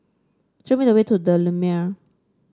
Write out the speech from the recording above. show me the way to the Lumiere